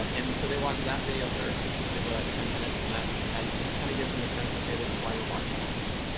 um and so they watch that video first. it's typically like ten minutes. and that that kind of gives them a sense. ok. this is why we're watching all these.